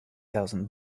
thousand